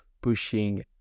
pushing